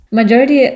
Majority